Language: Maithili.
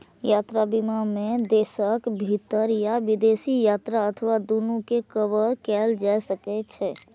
यात्रा बीमा मे देशक भीतर या विदेश यात्रा अथवा दूनू कें कवर कैल जा सकै छै